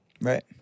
Right